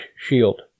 shield